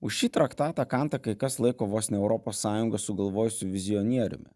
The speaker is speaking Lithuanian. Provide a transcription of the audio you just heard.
už šį traktatą kantą kai kas laiko vos ne europos sąjungą sugalvosiu vizionieriumi